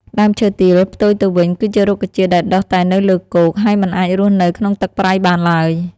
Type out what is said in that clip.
ដើមឈើទាល ផ្ទុយទៅវិញ គឺជារុក្ខជាតិដែលដុះតែនៅលើគោក ហើយមិនអាចរស់នៅក្នុងទឹកប្រៃបានឡើយ។